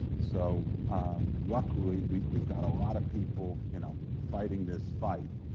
so luckily we've we've got a lot of people you know fighting this fight.